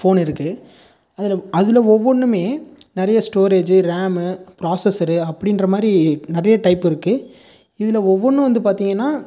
phone இருக்குது அதில் அதில் ஒவ்வொன்னும் நிறைய ஸ்டோரேஜூ ரேமு ப்ராசசரு அப்படின்ற மாதிரி நிறைய டைப்பு இருக்குது இதில் ஒவ்வொன்றும் வந்து பார்த்தீங்கனா